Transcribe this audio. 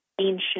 ancient